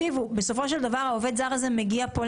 בסופו של דבר העובד הזר הזה מגיע לפה,